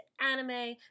Anime